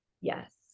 Yes